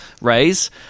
raise